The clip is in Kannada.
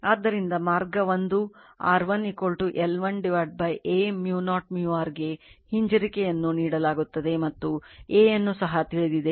ಆದ್ದರಿಂದ ಮಾರ್ಗ 1 R1 L1 Aµ0µr ಗೆ ಹಿಂಜರಿಕೆಯನ್ನು ನೀಡಲಾಗುತ್ತದೆ ಮತ್ತು A ಅನ್ನು ಸಹ ತಿಳಿದಿದೆ